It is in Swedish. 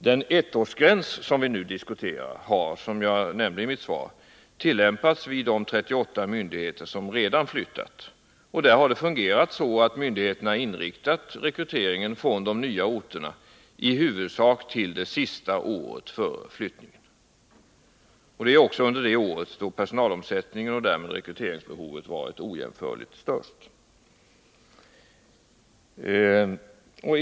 Den ettårsgräns som nu diskuteras har, som jag nämnde i svaret, tillämpats vid de 38 myndigheter som redan flyttat. Där har det fungerat så att myndigheterna inriktat rekryteringen från de nya orterna till i huvudsak det sista året före flyttningen. Det är också under detta år som personalomsättningen och därmed rekryteringsbehovet varit ojämförligt störst.